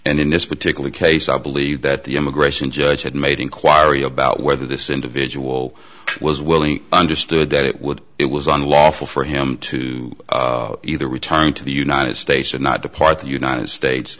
and in this particular case i believe that the immigration judge had made inquiry about whether this individual was willing understood that it would it was unlawful for him to either return to the united states or not depart the united states